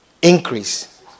increase